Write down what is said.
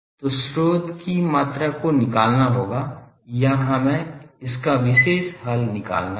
तो स्रोत की मात्रा को निकलना होगा या हमें इसका विशेष हल निकलना होगा